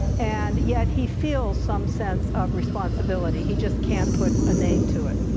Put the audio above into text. and yet he feels some sense of responsibility, he just can't put a name to it.